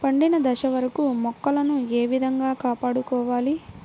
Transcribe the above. పండిన దశ వరకు మొక్కలను ఏ విధంగా కాపాడుకోవాలి?